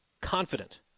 confident